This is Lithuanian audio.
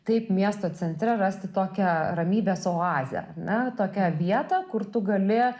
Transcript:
taip miesto centre rasti tokią ramybės oazę ar ne tokią vietą kur tu gali